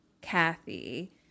Kathy